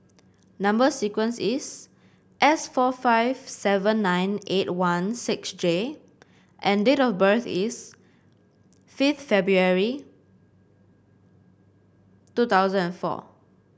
number sequence is S four five seven nine eight one six J and date of birth is fifth February two thousand and four